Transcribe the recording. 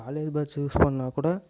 college bus use பண்ணால் கூட